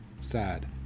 Sad